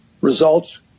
results